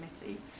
Committee